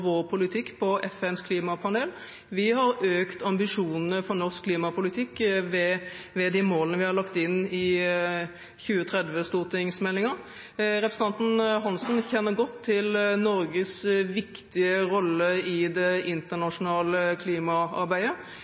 vår politikk på FNs klimapanel. Vi har økt ambisjonene for norsk klimapolitikk ved de målene vi har lagt inn i 2030-stortingsmeldingen. Representanten Hansen kjenner godt til Norges viktige rolle i det internasjonale klimaarbeidet.